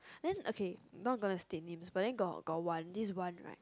then okay not gonna state name but then got got one this one right